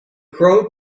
crow